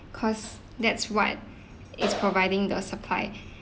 cause that's what is providing the supply